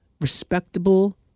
respectable